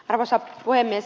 arvoisa puhemies